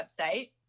website